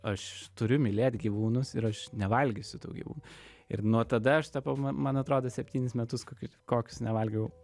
aš turiu mylėt gyvūnus ir aš nevalgysiu tų gyvūnų ir nuo tada aš tapau man atrodo septynis metus kokius kokius nevalgiau